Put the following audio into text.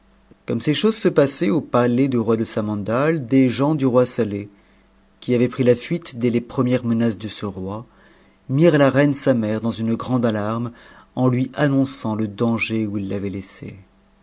comme ces choses se passaient au palais du roi de samandal des gens du roi saleh qui avaient pris la fuite dès les premières menaces de cc roi mirent la reine sa mère dans une grande alarme en lui annonçant le danger où ils l'avaient laissé